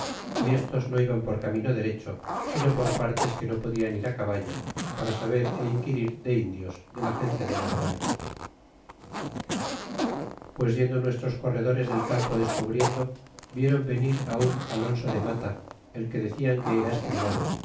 y estos no iban por camino derecho sino por partes que no podían ir á caballo para saber e inquirir de indios de la gente de narvaez pues yendo nuestros corredores del campo descubriendo vieron venir un alonso de mata el que decian que era escribano